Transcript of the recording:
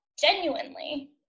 genuinely